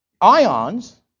ions